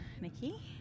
Nikki